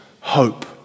hope